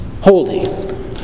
holy